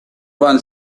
one